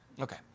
Okay